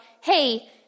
Hey